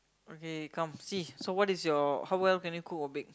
okay come see so what is your how well can you cook or bake